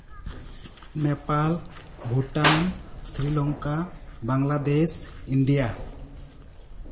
Nepal Bhutan Sri Lanka Bangladesh India